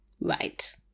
Right